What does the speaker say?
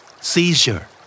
Seizure